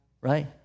right